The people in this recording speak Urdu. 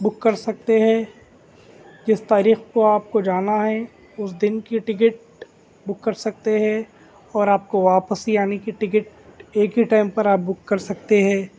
بک کر سکتے ہے جس تاریخ کو آپ کو جانا ہے اس دن کی ٹکٹ بک کر سکتے ہے اور آپ کو واپسی آنے کی ٹکٹ ایک ہی ٹائم پر آپ بک کر سکتے ہیں